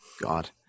God